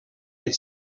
had